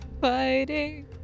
Fighting